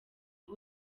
aho